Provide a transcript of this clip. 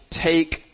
take